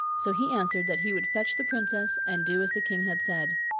so he answered that he would fetch the princess and do as the king had said.